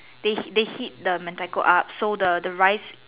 they they heat the Mentaiko so the rice